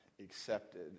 accepted